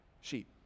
sheep